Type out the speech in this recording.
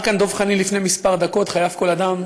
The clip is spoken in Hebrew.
אמר כאן דב חנין לפני כמה דקות: חייב כל אדם